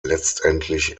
letztendlich